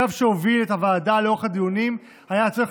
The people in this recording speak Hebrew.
הקו שהוביל את הוועדה לאורך הדיונים היה הצורך